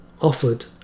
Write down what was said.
offered